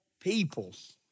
peoples